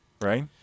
right